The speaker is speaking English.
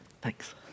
Thanks